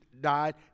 died